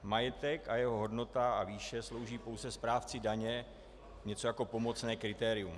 Majetek a jeho hodnota a výše slouží pouze správci daně něco jako pomocné kritérium.